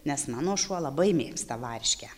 nes mano šuo labai mėgsta varškę